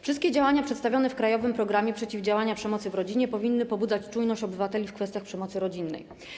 Wszystkie działania przedstawione w „Krajowym programie przeciwdziałania przemocy w rodzinie” powinny pobudzać czujność obywateli w kwestiach przemocy rodzinnej.